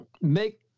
make